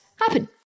happen